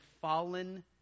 fallen